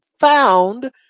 found